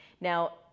Now